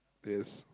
yes